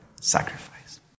sacrifice